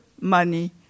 money